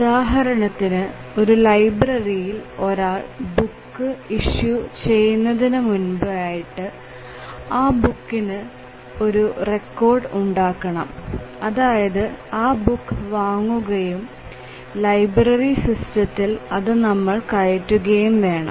ഉദാഹരണത്തിന് ഒരു ലൈബ്രറിയിൽ ഒരാൾ ബുക്ക് ഇഷ്യൂ ചെയ്യുന്നതിനുമുൻപ് ആയിട്ട് ആ ബുക്കിന് ഒരു റെക്കോർഡ് ഉണ്ടാകണം അതായത് ആ ബുക്ക് വാങ്ങുകയും ലൈബ്രറി സിസ്റ്റത്തിൽ അത് നമ്മൾ കയറ്റുകയും വേണം